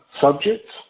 subjects